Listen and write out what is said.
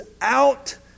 out